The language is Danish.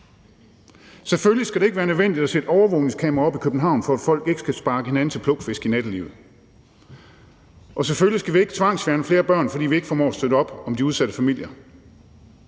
Selvfølgelig skal det ikke være nødvendigt at sætte overvågningskameraer op i København, for at folk ikke skal sparke hinanden til plukfisk i nattelivet. Og selvfølgelig skal vi ikke tvangsfjerne flere børn, fordi vi ikke formår at støtte op om de udsatte familier.